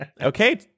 Okay